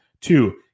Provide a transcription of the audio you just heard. Two